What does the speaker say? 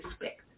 respect